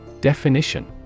Definition